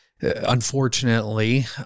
unfortunately